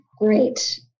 Great